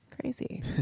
Crazy